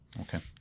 Okay